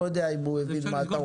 אני לא יודע אם הוא יבין מה אתה רוצה.